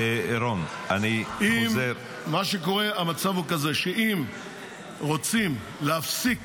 מה שקורה, המצב הוא כזה שאם רוצים להפסיק